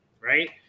right